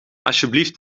alsjeblieft